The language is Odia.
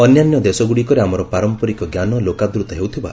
ଅନ୍ୟାନ୍ୟ ଦେଶଗୁଡ଼ିକରେ ଆମର ପାମ୍ପରିକ ଜ୍ଞାନ ଲୋକାଦ୍ରତ ହେଉଥିବା